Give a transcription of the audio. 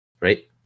Right